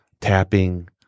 tapping